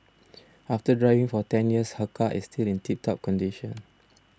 after driving for ten years her car is still in tip top condition